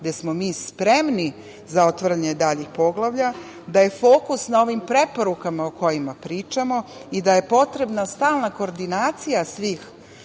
gde smo mi spremni za otvaranje daljih poglavlja, da je fokus na ovim preporukama o kojima pričamo i da je potrebna stalna koordinacija svih